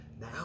Now